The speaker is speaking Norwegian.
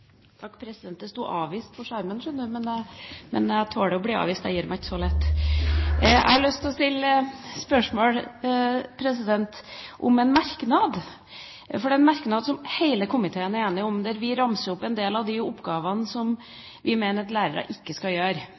lett! Jeg har lyst til å stille spørsmål om en merknad. Det er en merknad som hele komiteen er enige om, der vi ramser opp en del oppgaver som vi mener at lærerne ikke skal gjøre,